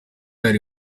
ari